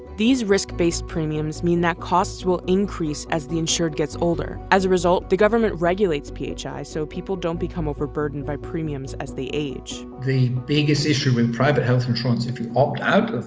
these risk based premiums mean that costs will increase as the insured gets older. as a result, the government regulates p h i. so people don't become overburdened by premiums as they age. the biggest issue with private health insurance if you opt out